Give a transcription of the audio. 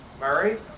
Murray